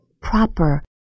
proper